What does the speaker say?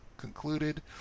Concluded